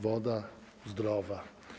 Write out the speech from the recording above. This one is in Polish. Woda - zdrowa.